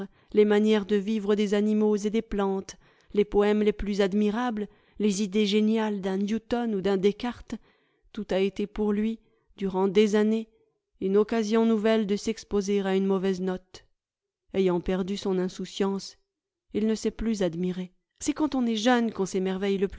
les manières de vivre des animaux et des plantes les poèmes les plus admirables les idées géniales d'un newton ou d'un descartes tout a été pour lui durant des années une occasion nouvelle de s'exposer à une mauvaise note ayant perdu son insouciance il ne sait plus admirer c'est quand on est jeune qu'on s'émerveille